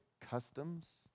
customs